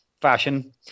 fashion